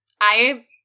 I-